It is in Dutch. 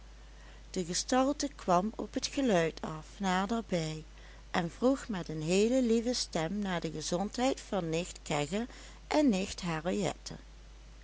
de gestalte kwam op het geluid af naderbij en vroeg met een heele lieve stem naar de gezondheid van nicht kegge en